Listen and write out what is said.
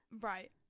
Right